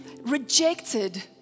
rejected